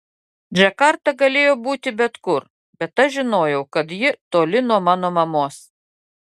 džakarta galėjo būti bet kur bet aš žinojau kad ji toli nuo mano mamos